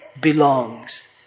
belongs